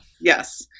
Yes